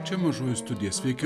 čia mažoji studija sveiki